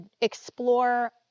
explore